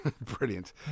Brilliant